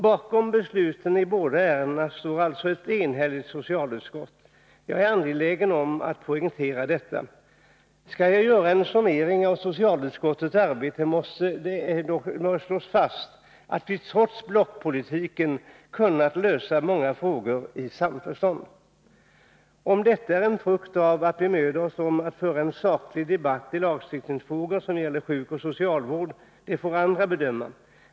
Bakom besluten i dessa båda ärenden står ett enhälligt socialutskott. Jag är angelägen om att poängtera detta. Skall jag göra en summering av socialutskottets arbete, måste det slås fast att vi trots blockpolitiken kunnat lösa många frågor i samförstånd. Om detta är en frukt av att vi har bemödat oss om att föra en saklig debatt i lagstiftningsfrågor som gäller sjukoch socialvård, det får andra bedöma.